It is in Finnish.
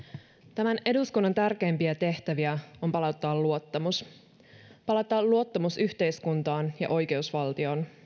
tämän eduskunnan tärkeimpiä tehtäviä on palauttaa luottamus palauttaa luottamus yhteiskuntaan ja oikeusvaltioon